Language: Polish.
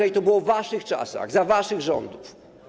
I to było w waszych czasach, za waszych rządów.